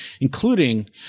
including